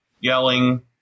yelling